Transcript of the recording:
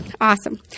Awesome